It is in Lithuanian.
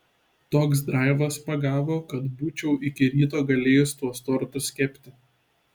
toks draivas pagavo kad būčiau iki ryto galėjus tuos tortus kepti